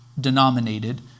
denominated